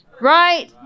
right